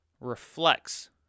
reflects